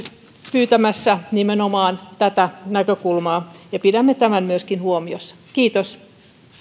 pyytämässä nimenomaan tätä näkökulmaa ja pidämme tämän myöskin huomiossa kiitos